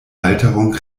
halterung